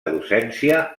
docència